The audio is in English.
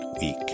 week